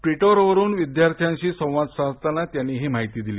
Twitter वरून विध्यार्थ्यांशी संवाद साधताना त्यांनी ही माहिती दिली